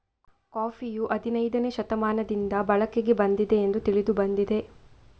ಕಾಫಿಯು ಹದಿನೈದನೇ ಶತಮಾನದಿಂದ ಬಳಕೆಗೆ ಬಂದಿದೆ ಎಂದು ತಿಳಿದು ಬಂದಿದೆ